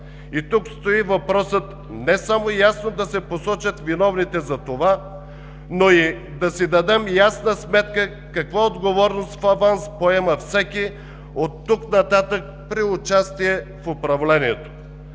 И тук стои въпросът: не само ясно да се посочат виновните за това, но и да си дадем ясна сметка каква отговорност в аванс поема всеки от тук нататък при участие в управлението?